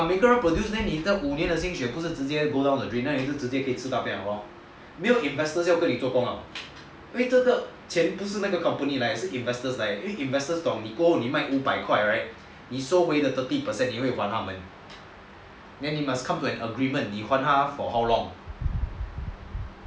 每个人 produce then 你全部的心血不是全部 go down the drain then 可以吃大便了 lor 没有 investor 要跟你做工来了 lor 因为这个钱不是 company 的是那些 investors 来的因为 investors 懂过后你卖五百块 right 你收回的 thirty percent 你会还他们 then you must come to an agreement 你还他 for how long